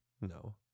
No